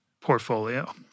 portfolio